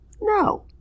No